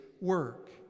work